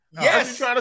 Yes